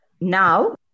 Now